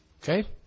Okay